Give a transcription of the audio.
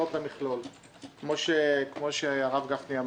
אם אין סיבה עניינית לסרב ויש בו בקשה להשוות תנאים ואין